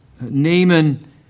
Naaman